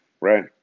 Right